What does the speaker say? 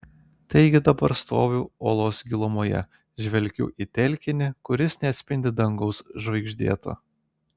taigi dabar stoviu olos gilumoje žvelgiu į telkinį kuris neatspindi dangaus žvaigždėto